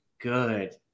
good